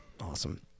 Awesome